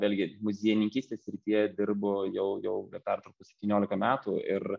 vėlgi muziejininkystės srityje dirbu jau jau be pertraukos septyniolika metų ir